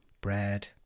Bread